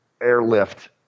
airlift